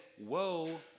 whoa